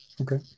Okay